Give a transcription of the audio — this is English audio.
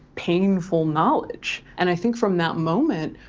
painful knowledge. and i think from that moment,